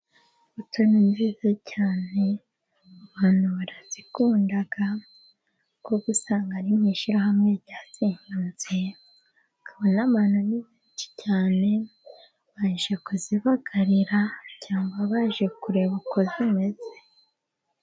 Imbuto ni nziza cyane abantu barazikunda kuko usanga ari nk' ishyirahamwe ryazihinze, ukabona abantu ni benshi cyane baje kuzibagarira, cyangwa baje kureba uko zimeze.